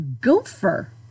gopher